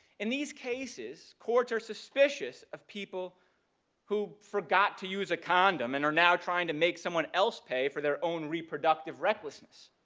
in these cases, courts are suspicious of people who forgot to use a condom and are now trying to make someone else pay for their own reproductive recklessness.